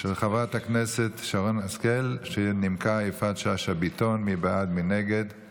על הצעת חוק להסדרת מגורים בשטחי מרעה של עודד פורר ואביגדור ליברמן.